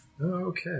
Okay